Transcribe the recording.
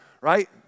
right